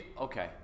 Okay